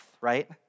right